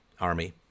army